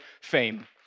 fame